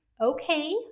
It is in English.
Okay